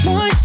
One